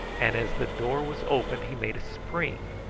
and as the door was opened he made a spring,